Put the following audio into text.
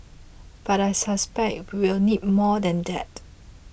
but I suspect we will need more than that